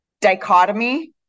dichotomy